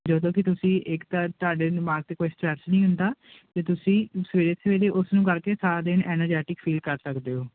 ਜਦੋਂ ਕਿ ਤੁਸੀਂ ਏਕਤਾ ਤੁਹਾਡੇ ਦਿਮਾਗ 'ਤੇ ਕੋਈ ਅਸਰਚ ਨਹੀਂ ਹੁੰਦਾ ਅਤੇ ਤੁਸੀਂ ਸਵੇਰੇ ਸਵੇਰੇ ਉਸ ਨੂੰ ਕਰਕੇ ਸਾਰਾ ਦਿਨ ਐਨਾਜੈਟਿਕ ਫੀਲ ਕਰ ਸਕਦੇ ਹੋ